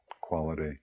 quality